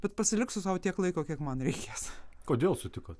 bet pasiliksiu sau tiek laiko kiek man reikės kodėl sutikot